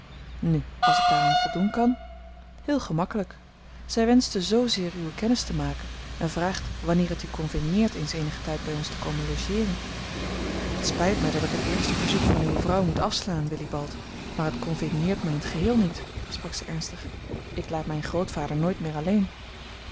nu als ik daaraan voldoen kan heel gemakkelijk zij wenschte zoozeer uwe kennis te maken en vraagt wanneer het u convenieert eens eenigen tijd bij ons te komen logeeren het spijt mij dat ik het eerste verzoek van uwe vrouw moet afslaan willibald maar het convenieert mij in t geheel niet sprak zij ernstig ik laat mijn grootvader nooit meer alleen